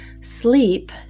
Sleep